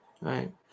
Right